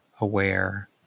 aware